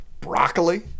Broccoli